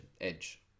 edge